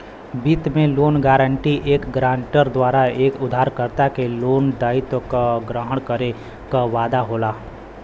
वित्त में loan guarantee एक गारंटर द्वारा एक उधारकर्ता के लोन दायित्व क ग्रहण करे क वादा होला